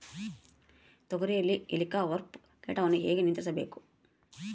ತೋಗರಿಯಲ್ಲಿ ಹೇಲಿಕವರ್ಪ ಕೇಟವನ್ನು ಹೇಗೆ ನಿಯಂತ್ರಿಸಬೇಕು?